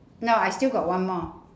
no I still got one more